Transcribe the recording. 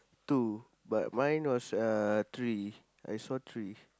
two but mine was uh three I saw three